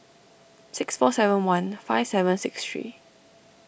six four seven one five seven six three